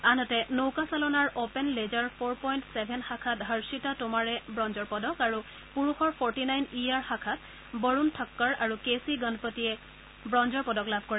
আনহাতে নৌকা চালনাৰ open laser four point seven শাখাত হৰ্ষিতা টোমাৰে ব্ৰঞ্জৰ পদক আৰু পুৰুষৰ ফৰ্টি নাইন ই আৰ শাখাত বৰুণ থক্কৰ আৰু কে ছি গণপতিয়ে ব্ৰঞ্জৰ পদক লাভ কৰে